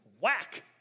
Whack